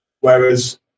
whereas